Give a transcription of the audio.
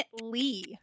Lee